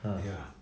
!huh!